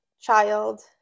child